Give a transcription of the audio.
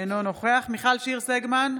אינו נוכח מיכל שיר סגמן,